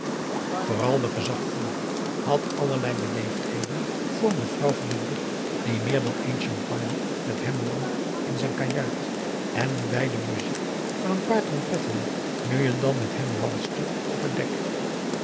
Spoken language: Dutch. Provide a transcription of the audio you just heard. vooral de gezagvoerder had allerlei beleefdheden voor mevrouw van den broek die meer dan eens champagne met hem dronk in zijn kajuit en die bij de muziek van een paar trompetten nu en dan met hem walste op het dek